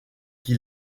qui